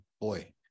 boy